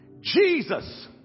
Jesus